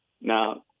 Now